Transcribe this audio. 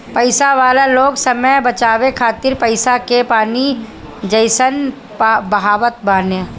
पईसा वाला लोग समय बचावे खातिर पईसा के पानी जइसन बहावत बाने